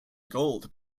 gold